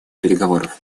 переговоров